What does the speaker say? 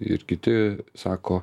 ir kiti sako